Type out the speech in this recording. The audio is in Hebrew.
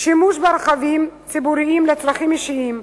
שימוש ברכבים ציבוריים לצרכים אישיים,